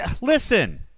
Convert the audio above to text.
listen